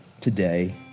today